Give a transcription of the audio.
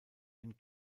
ein